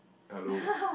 hello